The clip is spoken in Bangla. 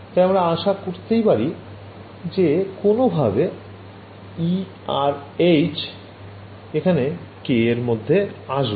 তাই আমরা আশা করতেই পারি যে কোনোভাবে e আর h এখানে k এর মধ্যে আসবে